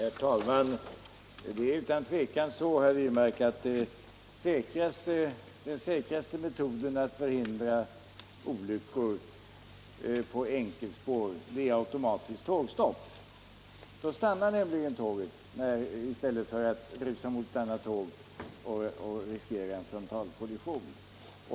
Herr talman! Det är utan tvivel så, herr Wirmark, att den säkraste metoden att förhindra olyckor på enkelspår är ett system med automatiskt tågstopp. Då stannar nämligen tåget i stället för att rusa mot ett annat tåg, med risk för en frontalkollision.